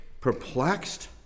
perplexed